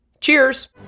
Cheers